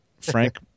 Frank